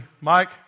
Mike